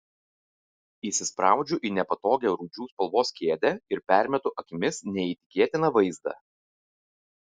įsispraudžiu į nepatogią rūdžių spalvos kėdę ir permetu akimis neįtikėtiną vaizdą